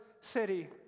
city